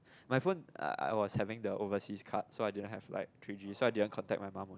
my phone I I was having the overseas card so I didn't have like three G so I didn't contact my mom